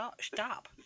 stop